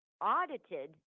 audited